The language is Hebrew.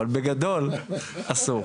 אבל בגדול אסור,